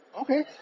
Okay